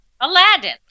aladdin